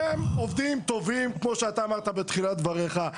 הם עובדים טובים כמו שאתה אמרת בתחילת דבריך.